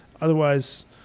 Otherwise